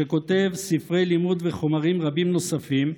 שכותב ספרי לימוד וחומרים רבים נוספים,